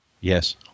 Yes